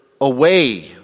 away